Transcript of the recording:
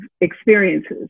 experiences